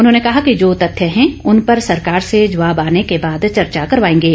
उन्होंने कहा कि जो तथ्य हैं उन पर सरकार से जवाब आने के बाद चर्चा करवाएंगे